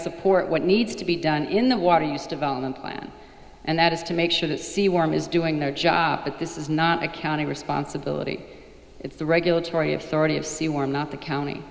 support what needs to be done in the water use development plan and that is to make sure the sea worm is doing their job that this is not a county responsibility it's the regulatory authority of see we're not the county